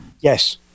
Yes